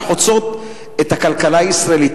שחוצות את הכלכלה הישראלית,